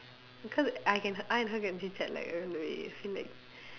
because I can I and her can chit-chat like all the way I feel like